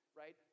right